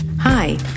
Hi